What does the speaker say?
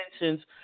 intentions